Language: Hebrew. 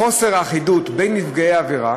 לחוסר אחידות בין נפגעי עבירה